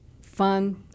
fun